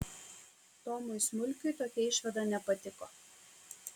tomui smulkiui tokia išvada nepatiko